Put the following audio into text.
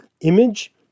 image